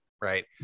right